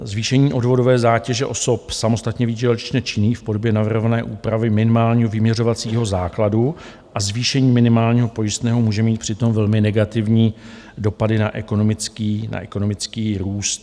Zvýšení odvodové zátěže osob samostatně výdělečně činných v podobě navrhované úpravy minimálního vyměřovacího základu a zvýšení minimálního pojistného může mít přitom velmi negativní dopady na ekonomický růst.